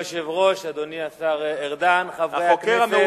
אדוני היושב-ראש, אדוני השר ארדן, חברי הכנסת,